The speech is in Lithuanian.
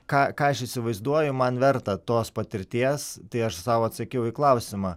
ką ką aš įsivaizduoju man verta tos patirties tai aš sau atsakiau į klausimą